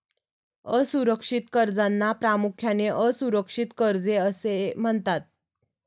असुरक्षित कर्जांना प्रामुख्याने असुरक्षित कर्जे असे म्हणतात